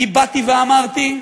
אני באתי ואמרתי,